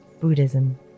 Buddhism